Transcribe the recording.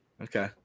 Okay